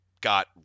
got